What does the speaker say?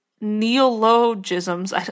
neologisms